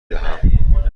دهم